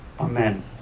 Amen